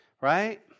right